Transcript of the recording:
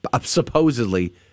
supposedly